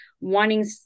wanting